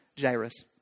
Jairus